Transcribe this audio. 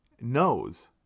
knows